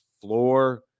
floor